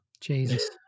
Jesus